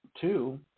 two